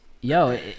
yo